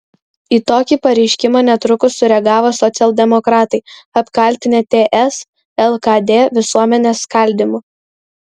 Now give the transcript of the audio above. į tokį pareiškimą netrukus sureagavo socialdemokratai apkaltinę ts lkd visuomenės skaldymu